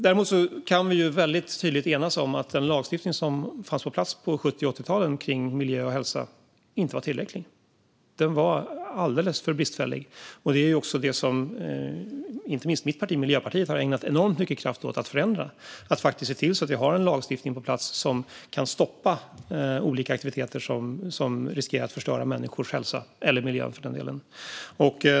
Däremot kan vi tydligt enas om att den lagstiftning som fanns på plats på 70 och 80-talen kring miljö och hälsa inte var tillräcklig. Den var alldeles för bristfällig. Detta är också något som inte minst mitt parti, Miljöpartiet, har ägnat enormt mycket kraft åt att förändra - att faktiskt se till så att vi har en lagstiftning på plats som kan stoppa olika aktiviteter som riskerar att förstöra människors hälsa eller miljön, för den delen.